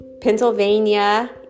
Pennsylvania